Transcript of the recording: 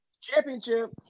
championship